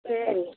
சரி